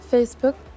Facebook